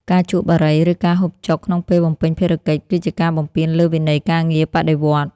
ការជក់បារី ឬការហូបចុកក្នុងពេលបំពេញភារកិច្ច គឺជាការបំពានលើវិន័យការងារបដិវត្តន៍។